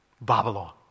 Babylon